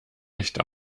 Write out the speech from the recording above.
echt